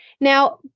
Now